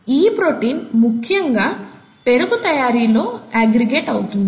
ఈ ప్రోటీన్ ముఖ్యంగా పెరుగు తయారీలో అగ్రిగేట్ అవుతుంది